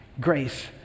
grace